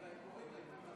חברת הכנסת גמליאל,